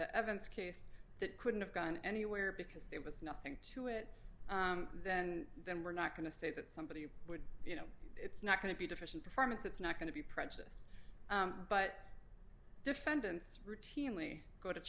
the evidence case that couldn't have gone anywhere because there was nothing to it then and then we're not going to say that somebody would you know it's not going to be different performance it's not going to be prejudiced but defendants routinely go to